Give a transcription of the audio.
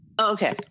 Okay